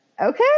okay